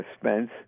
Spence